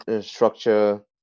structure